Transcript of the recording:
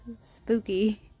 Spooky